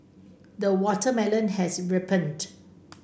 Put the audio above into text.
the watermelon has ripened